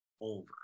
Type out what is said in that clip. over